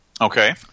Okay